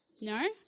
No